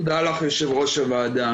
תודה לך, יושבת ראש הוועדה.